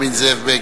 הקומוניסטים.